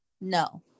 No